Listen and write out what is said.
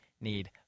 need